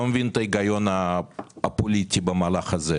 אני לא מבין את ההיגיון הפוליטי במהלך הזה.